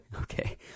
Okay